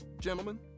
gentlemen